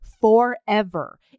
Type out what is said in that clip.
forever